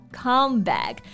comeback